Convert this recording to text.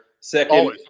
Second